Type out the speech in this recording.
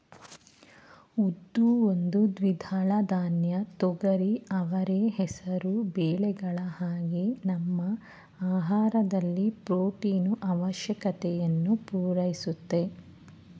ಉದ್ದು ಒಂದು ದ್ವಿದಳ ಧಾನ್ಯ ತೊಗರಿ ಅವರೆ ಹೆಸರು ಬೇಳೆಗಳ ಹಾಗೆ ನಮ್ಮ ಆಹಾರದಲ್ಲಿ ಪ್ರೊಟೀನು ಆವಶ್ಯಕತೆಯನ್ನು ಪೂರೈಸುತ್ತೆ